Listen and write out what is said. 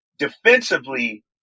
defensively